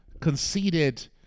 conceded